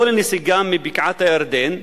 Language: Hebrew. לא לנסיגה מבקעת-הירדן,